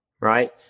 right